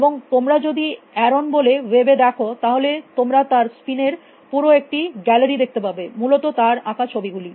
এবং তোমরা যদি আরন বলে ওয়েব এ দেখো তাহলে তোমরা তার স্পিন এর পুরো একটি গ্যালারি দেখতে পাবে মূলত তার আঁকা ছবি গুলি